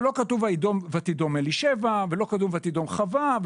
אבל לא כתוב ותידום אלישבע ולא כתוב ותידום חוה.